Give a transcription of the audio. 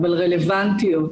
אבל רלוונטיות,